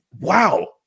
Wow